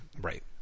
Right